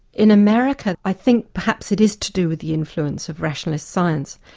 in america, i think perhaps it is to do with the influence of rationalist science,